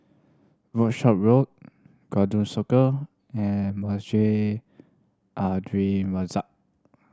Workshop Road Circle and Masjid Al Mazak